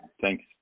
Thanks